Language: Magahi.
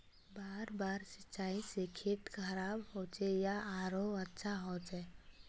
बार बार सिंचाई से खेत खराब होचे या आरोहो अच्छा होचए?